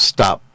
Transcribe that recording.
Stop